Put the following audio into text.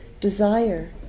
desire